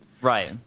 Right